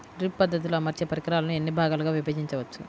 Drip పద్ధతిలో అమర్చే పరికరాలను ఎన్ని భాగాలుగా విభజించవచ్చు?